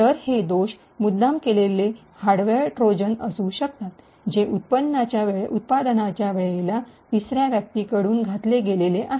तर हे दोष मुद्दाम केलेले हार्डवेअर ट्रोजन असू शकतात जे उत्पादनाच्य वेळेला तिसऱ्या व्यक्तीकडून घातले गेलेले आहेत